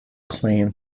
claim